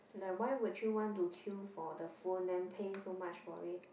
like why would you want to queue for the phone then pay so much for it